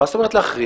מה זאת אומרת להכריע?